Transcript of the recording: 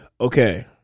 Okay